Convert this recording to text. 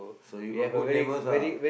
so you got good neighbours ah